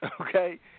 Okay